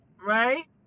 Right